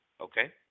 Okay